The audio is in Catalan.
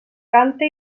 canta